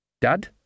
Dad